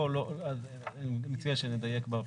אני מציע שנדייק בדברים.